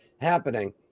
happening